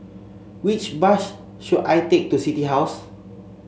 which bus should I take to City House